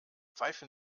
pfeifen